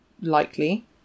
likely